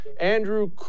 Andrew